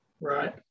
right